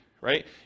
right